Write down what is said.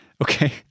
Okay